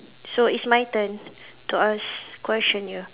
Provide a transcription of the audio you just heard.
so it's my turn to ask question here